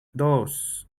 dos